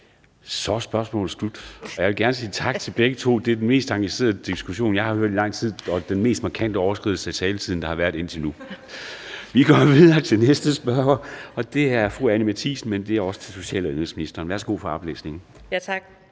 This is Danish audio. Så er spørgsmålet slut. Jeg vil gerne sige tak til begge to. Det er den mest engagerede diskussion, jeg har hørt i lang tid, og den mest markante overskridelse af taletiden, der har været indtil nu. Vi går videre til næste spørger, og det er fru Anni Matthiesen, og det er også til social og indenrigsministeren. Kl.